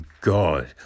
God